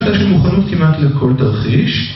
יש לי מוכנות כמעט לכל תרחיש